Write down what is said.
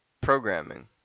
programming